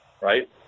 Right